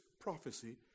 prophecy